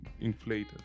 inflated